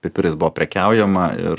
pipirais buvo prekiaujama ir